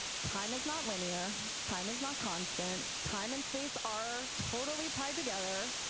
time is not linear. time is not constant. time and space are totally tied together.